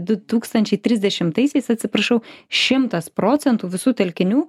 du tūkstančiai trisdešimtaisiais atsiprašau šimtas procentų visų telkinių